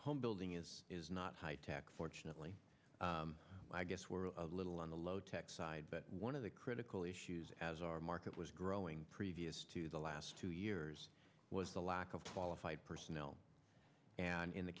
homebuilding it is not high tech fortunately i guess we're a little on the low tech side but one of the critical issues as our market was growing previous to the last two years was the lack of qualified personnel and in the